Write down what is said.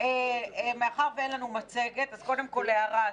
איציק, מאחר ואין לנו מצגת, אז קודם כול הערה.